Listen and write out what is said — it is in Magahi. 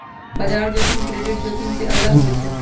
बजार जोखिम क्रेडिट जोखिम से अलग होइ छइ